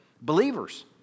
Believers